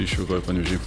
išvykoj panevėžy